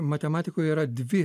matematikoj yra dvi